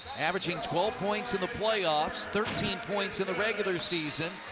averaging twelve points in the playoffs, thirteen points in the regular season.